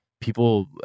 people